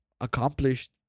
accomplished